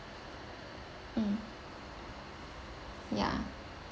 mm ya